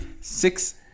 Six